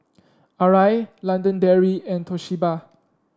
Arai London Dairy and Toshiba